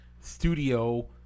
studio